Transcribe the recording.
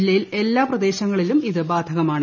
ജില്ലയിൽ എല്ലാ പ്രദേശങ്ങളിലും ഇത് ബാധകമാണ്